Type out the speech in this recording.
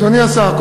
אדוני השר,